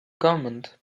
government